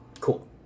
Cool